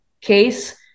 case